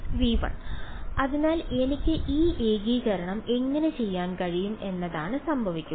V 1 അതിനാൽ എനിക്ക് ഈ ഏകീകരണം എങ്ങനെ ചെയ്യാൻ കഴിയും എന്നതാണ് സംഭവിക്കുക